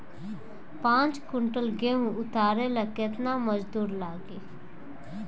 पांच किविंटल गेहूं उतारे ला केतना मजदूर लागी?